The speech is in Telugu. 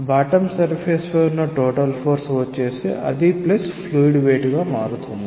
బాటమ్ సర్ఫేస్ పై ఉన్న టోటల్ ఫోర్స్ వచ్చేసి అది ప్లస్ ఫ్లూయిడ్ వెయిట్ గా ఉంటుంది